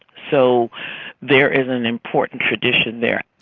so there is an important tradition there.